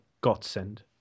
godsend